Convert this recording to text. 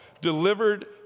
delivered